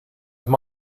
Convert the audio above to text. have